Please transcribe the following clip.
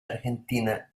argentina